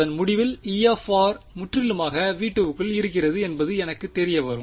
அதன் முடிவில் E முற்றிலுமாக V2 வுக்குள் இருக்கிறது என்பது எனக்குத்தெரிய வரும்